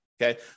Okay